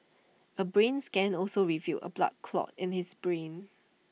A brain scan also revealed A blood clot in his brain